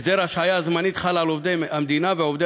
הסדר ההשעיה הזמנית חל על עובדי המדינה ועובדי